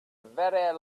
very